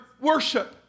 worship